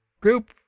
group